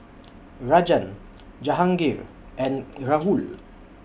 Rajan Jahangir and Rahul